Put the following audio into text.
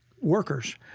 workers